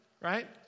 right